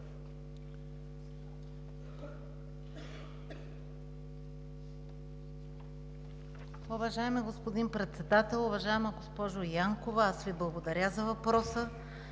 Уважаеми господин Председател! Уважаема госпожо Янкова, аз Ви благодаря за въпроса.